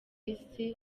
isi